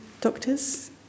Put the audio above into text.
doctors